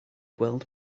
gweld